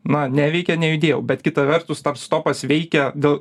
na neveikė nejudėjau bet kita vertus star stopas veikia dėl